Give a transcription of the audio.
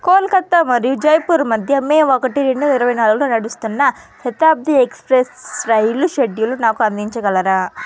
కోల్కత్తా మరియు జైపూర్ మధ్య మే ఒకటి రెండు ఇరవై నాలుగులో నడుస్తున్న శతాబ్ది ఎక్స్ప్రెస్ రైలు షెడ్యూల్ నాకు అందించగలరా